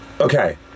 okay